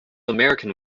american